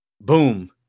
boom